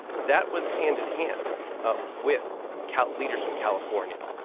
that was hand-in-hand with county leaders from california.